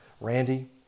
Randy